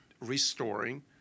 restoring